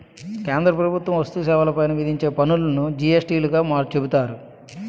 కేంద్ర ప్రభుత్వం వస్తు సేవల పైన విధించే పన్నులును జి యస్ టీ గా చెబుతారు